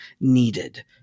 needed